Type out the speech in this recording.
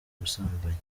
ubusambanyi